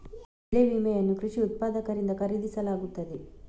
ಬೆಳೆ ವಿಮೆಯನ್ನು ಕೃಷಿ ಉತ್ಪಾದಕರಿಂದ ಖರೀದಿಸಲಾಗುತ್ತದೆ